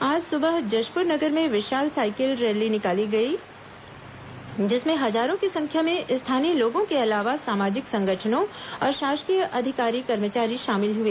आज सुबह जशपुर नगर में विशाल साइकिल रैली निकाली गई जिसमें हजारों की संख्या में स्थानीय लोगों के अलावा सामाजिक संगठनों और शासकीय अधिकारी कर्मचारी शामिल हुए